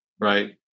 right